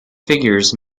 figures